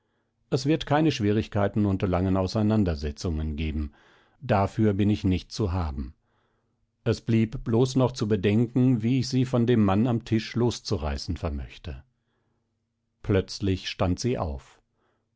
es wird keine schwierigkeiten und langen auseinandersetzungen geben dafür bin ich nicht zu haben es blieb bloß noch zu bedenken wie ich sie von dem mann am tisch loszureißen vermöchte plötzlich stand sie auf